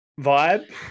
vibe